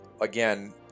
Again